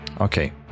Okay